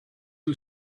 who